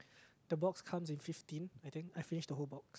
the box comes in fifteen I think I finished the whole box